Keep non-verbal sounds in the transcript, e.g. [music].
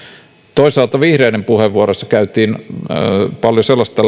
toisaalta vihreiden puheenvuoroissa esimerkiksi ryhmäpuheenvuorossa käytiin paljon läpi sellaista [unintelligible]